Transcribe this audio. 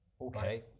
Okay